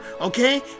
okay